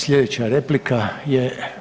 Sljedeća replika je…